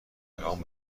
مهربان